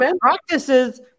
practices